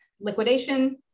liquidation